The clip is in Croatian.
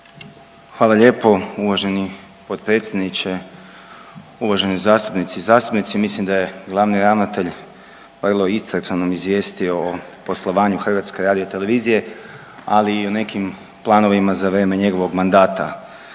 Hvala lijepo uvaženi potpredsjedniče, uvažene zastupnice i zastupnici. Mislim da je glavni ravnatelj vrlo iscrpno nam izvijestio o poslovanju HRT-u, ali i o nekim planovima za vrijeme njegovog mandata.